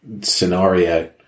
scenario